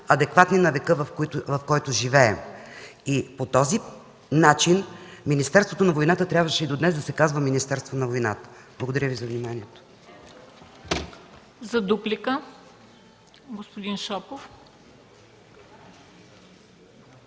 адекватни на века, в който живеем. По този начин Министерството на войната и до днес трябваше да се казва Министерство на войната. Благодаря Ви за вниманието.